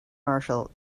marshal